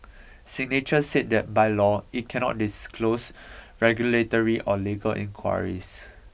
signature said that by law it cannot disclose regulatory or legal inquiries